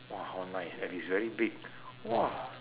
!wah! how nice and is very big !wah!